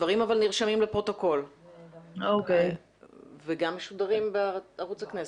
הדברים נרשמים לפרוטוקול וגם משודרים בערוץ הכנסת.